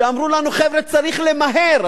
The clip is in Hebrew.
כשאמרו לנו, חבר'ה, צריך למהר.